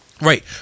Right